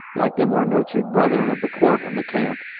like their more nurtured brethren of the court and the camp,